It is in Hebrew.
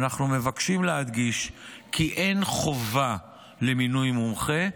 אנחנו מבקשים להדגיש כי אין חובה למינוי מומחה,